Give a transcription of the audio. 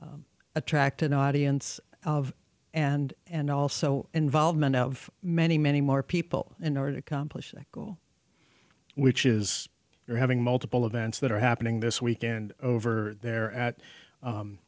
to attract an audience of and and also involvement of many many more people in order to accomplish that goal which is you're having multiple events that are happening this week and over there at